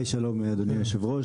שלום, אדוני היו"ר.